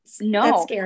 No